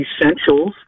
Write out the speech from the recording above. essentials